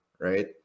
right